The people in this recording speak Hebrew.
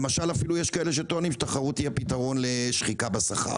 למשל אפילו יש כאלה שטוענים שתחרות היא הפתרון לשחיקה בשכר.